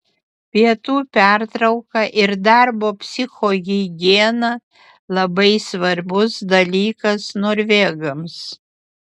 pietų pertrauka ir darbo psichohigiena labai svarbus dalykas norvegams